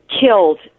killed